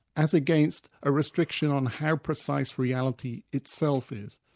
as against a restriction on how precise reality itself is.